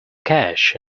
cash